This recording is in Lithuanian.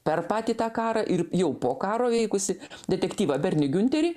per patį tą karą ir jau po karo veikusį detektyvą bernį giunterį